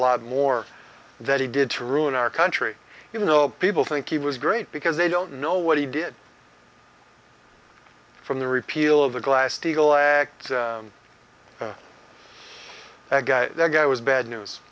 lot more that he did to ruin our country you know people think he was great because they don't know what he did from the repeal of the glass steagall act a guy there guy was bad news